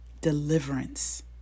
Deliverance